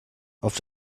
auf